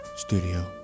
studio